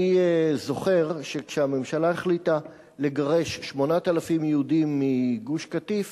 אני זוכר שכשהממשלה החליטה לגרש 8,000 יהודים מגוש-קטיף